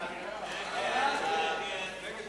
הצעת הסיכום שהביאה חברת